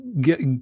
get